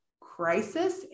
crisis